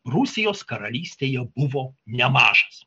prūsijos karalystėje buvo nemažas